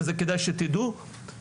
וכדאי שתדעו את זה,